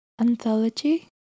anthology